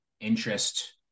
interest